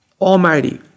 almighty